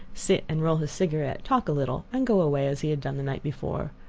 sit and roll his cigarette, talk a little, and go away as he had done the night before.